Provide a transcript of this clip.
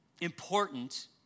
important